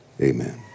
amen